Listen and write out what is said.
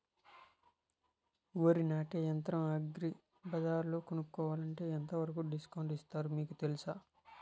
వరి నాటే యంత్రం అగ్రి బజార్లో కొనుక్కోవాలంటే ఎంతవరకు డిస్కౌంట్ ఇస్తారు మీకు తెలుసా?